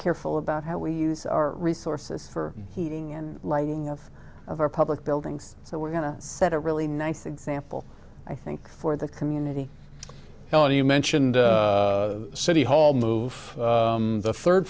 careful about how we use our resources for heating and lighting of of our public buildings so we're going to set a really nice example i think for the community well you mentioned city hall move the third